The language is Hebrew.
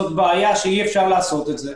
זו בעיה שאי-אפשר לעשות את זה?